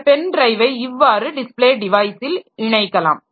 இந்த பென் ட்ரைவை இவ்வாறு டிஸ்ப்ளே டிவைஸில் இணைக்கலாம்